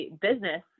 business